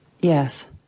Yes